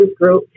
Group